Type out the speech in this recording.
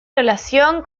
relación